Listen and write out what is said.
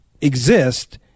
exist